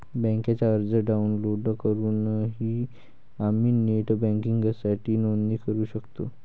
बँकेचा अर्ज डाउनलोड करूनही आम्ही नेट बँकिंगसाठी नोंदणी करू शकतो